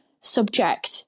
subject